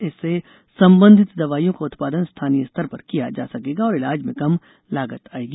इससे संबंधित दवाइयों का उत्पादन स्थानीय स्तर पर किया जा सकेगा और इलाज में कम लागत आएगी